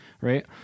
right